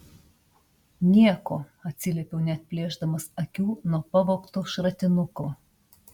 nieko atsiliepiau neatplėšdamas akių nuo pavogto šratinuko